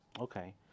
okay